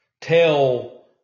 tell